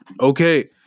Okay